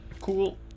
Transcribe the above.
cool